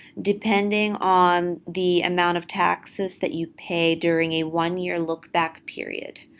depending on the amount of taxes that you pay during a one-year look back period,